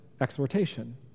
exhortation